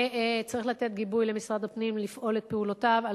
צריך לתת גיבוי למשרד הפנים לפעול את פעולותיו על